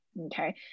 Okay